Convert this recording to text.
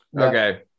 Okay